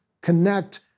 connect